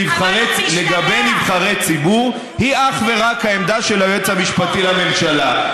לגבי נבחרי ציבור היא אך ורק העמדה של היועץ המשפטי לממשלה.